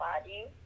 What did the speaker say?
body